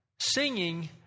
Singing